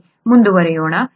ಸರಿ ಮುಂದುವರೆಯೋಣ